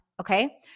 Okay